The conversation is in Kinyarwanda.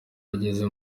ageze